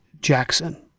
Jackson